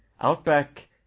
Outback